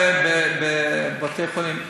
בבתי-חולים.